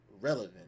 relevant